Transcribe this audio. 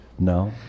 No